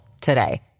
today